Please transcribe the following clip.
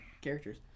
characters